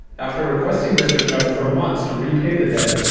after requesting mr chugg for months to repay the debt,